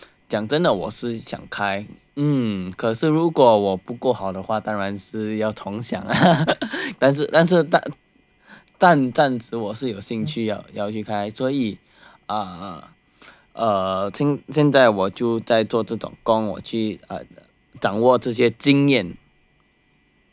讲真的我是想开嗯可是如果我不够好的话当然是要重想了 但是但是但暂时我是有兴趣要去开所以现在我就在做这种工我去掌握这些经验